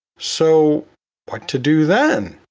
so what to do then?